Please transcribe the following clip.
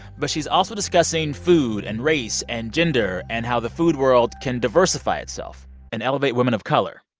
but she's also discussing food and race and gender and how the food world can diversify itself and elevate women of color.